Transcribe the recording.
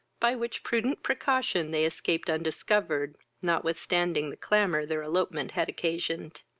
by which prudent precaution they escaped undiscovered, notwithstanding the clamour their elopement had occasioned.